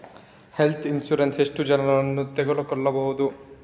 Health insurance ಎಷ್ಟು ಜನರನ್ನು ತಗೊಳ್ಬಹುದು?